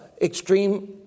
extreme